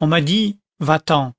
on m'a dit va-t-en